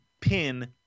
pin